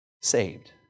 saved